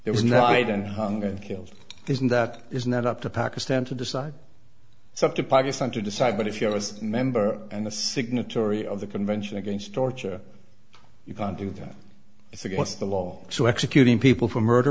didn't hunger and killed this and that is not up to pakistan to decide it's up to pakistan to decide but if you're as member and the signatory of the convention against torture you can't do that it's against the law to executing people for murder